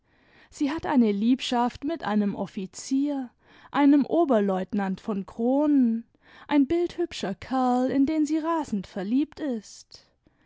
sie hat eine liebschaft mit einem offizier einem oberleutnant von kronen ein bildhübscher kerl in den sie rasend verliebt ist